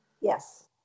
Yes